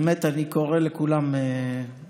באמת, אני קורא לכולם להצטרף.